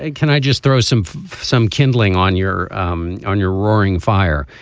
and can i just throw some some kindling on your um on your roaring fire.